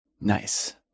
nice